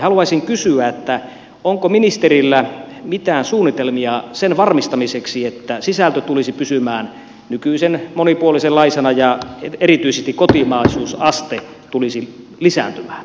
haluaisin kysyä onko ministerillä mitään suunnitelmia sen varmistamiseksi että sisältö tulisi pysymään nykyisen monipuolisenlaisena ja erityisesti kotimaisuusaste tulisi lisääntymään